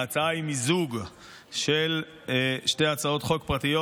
ההצעה היא מיזוג של שתי הצעות חוק פרטיות